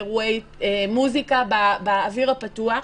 באירועי מוזיקה, באוויר הפתוח,